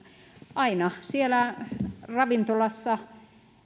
aina ravintolassa